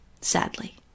Sadly